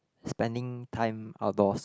spending time outdoors